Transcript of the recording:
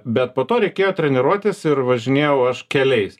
bet po to reikėjo treniruotis ir važinėjau aš keliais